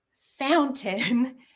fountain